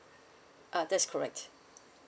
uh that's correct